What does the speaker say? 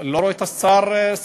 אני לא רואה את שר הרווחה,